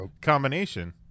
combination